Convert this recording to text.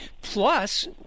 Plus